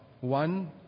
one